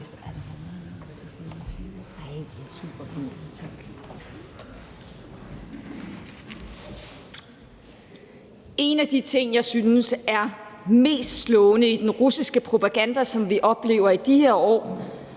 En af de ting, jeg synes er mest slående i den russiske propaganda, som vi oplever i de her år,